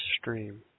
stream